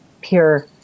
pure